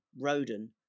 Rodan